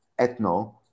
Etno